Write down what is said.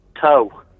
Toe